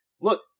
Look